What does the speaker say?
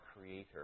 Creator